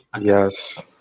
Yes